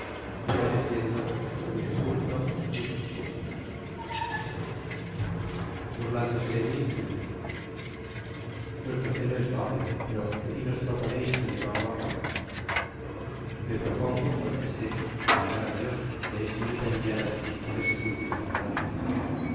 no mereciendo ni su culto ni sus súplicas burlándose de mi me dijo i vuestro celo es loable pero qué fin os proponeis con llevarlo á cabo me propongo contesté vengar á dios que es vilipendiado por ese culto infernal